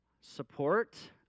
support